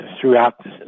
throughout